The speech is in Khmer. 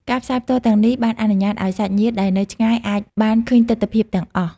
ការផ្សាយផ្ទាល់ទាំងនេះបានអនុញ្ញាតឱ្យសាច់ញាតិដែលនៅឆ្ងាយអាចបានឃើញទិដ្ឋភាពទាំងអស់។